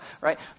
right